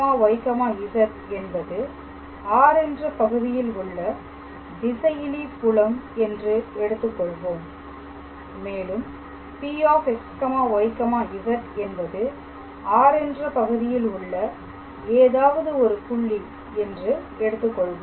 fxyz என்பது R என்ற பகுதியில் உள்ள திசையிலி புலம் என்று எடுத்துக்கொள்வோம் மேலும் Pxyz என்பது R என்ற பகுதியில் உள்ள ஏதாவது ஒரு புள்ளி என்று எடுத்துக்கொள்வோம்